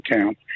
town